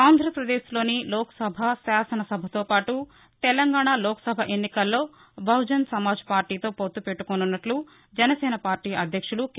ఆంధ్రపదేశ్లోని లోక్ సభ శాసనసభతో పాటు తెలంగాణ లోక్ సభ ఎన్నికల్లో బహుజన్ సమాజ్ పార్లీతో పొత్తు పెట్లుకుంటున్నట్లు జనసేన పార్లీ అధ్యక్షులు కె